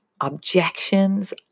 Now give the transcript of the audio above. objections